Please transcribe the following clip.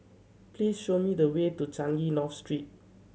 please show me the way to Changi North Street